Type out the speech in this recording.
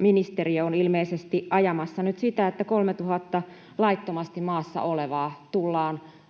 ministeriö on ilmeisesti ajamassa nyt sitä, että 3 000 laittomasti maassa olevaa tullaan